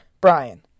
Brian